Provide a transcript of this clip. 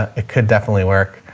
ah it could definitely work.